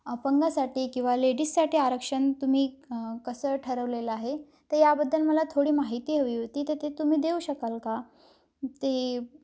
अपंगासाठी किंवा लेडीजसाठी आरक्षण तुम्ही कसं ठरवलेलं आहे तर याबद्दल मला थोडी माहिती हवी होती तर ते तुम्ही देऊ शकाल का ते